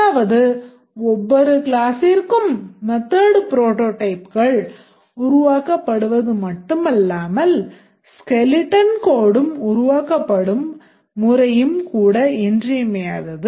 அதாவது ஒவ்வொரு classற்கும் method prototypeகள் உருவாக்கப்படுவது மட்டுமல்லாமல் skeleton codeடும் உருவாக்கப்படும் முறையும் கூட இன்றியமையாதது